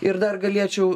ir dar galėčiau